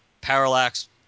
Parallax